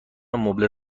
مبله